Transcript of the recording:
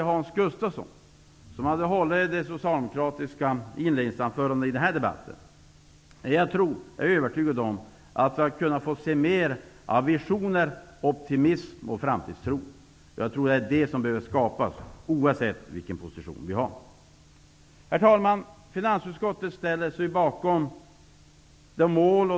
Nyss sjönk också räntorna.